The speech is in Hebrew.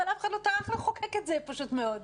אבל אף אחד לא טרח לחוקק את זה פשוט מאוד.